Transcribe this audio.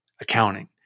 accounting